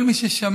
כל מי ששמע